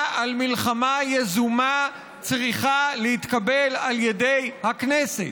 על מלחמה יזומה צריכה להתקבל על ידי הכנסת.